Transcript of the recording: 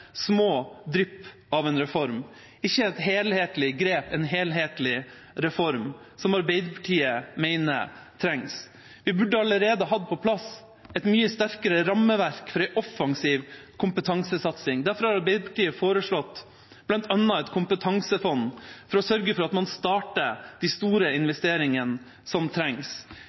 små drypp av en reform – ikke et helhetlig grep, en helhetlig reform, som Arbeiderpartiet mener trengs. Vi burde allerede hatt på plass et mye sterkere rammeverk for en offensiv kompetansesatsing. Derfor har Arbeiderpartiet foreslått bl.a. et kompetansefond for å sørge for at man starter de store investeringene som trengs.